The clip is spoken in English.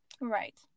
right